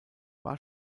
war